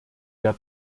der